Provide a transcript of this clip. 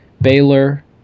Baylor